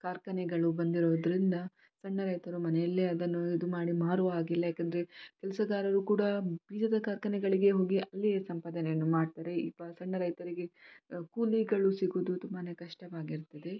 ಕಾರ್ಖಾನೆಗಳು ಬಂದಿರೋದ್ರಿಂದ ಸಣ್ಣ ರೈತರು ಮನೆಯಲ್ಲೇ ಅದನ್ನು ಇದು ಮಾಡಿ ಮಾರುವ ಹಾಗಿಲ್ಲ ಯಾಕಂದರೆ ಕೆಲಸಗಾರರು ಕೂಡ ಬೀಜದ ಕಾರ್ಖಾನೆಗಳಿಗೆ ಹೋಗಿ ಅಲ್ಲಿ ಸಂಪಾದನೆಯನ್ನು ಮಾಡ್ತಾರೆ ಈ ಪ ಸಣ್ಣ ರೈತರಿಗೆ ಕೂಲಿಗಳು ಸಿಗೋದು ತುಂಬಾ ಕಷ್ಟವಾಗಿರ್ತದೆ